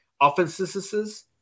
offenses